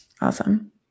awesome